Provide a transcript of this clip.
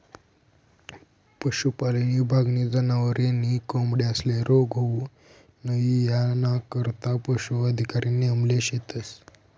पशुपालन ईभागनी जनावरे नी कोंबड्यांस्ले रोग होऊ नई यानाकरता पशू अधिकारी नेमेल शेतस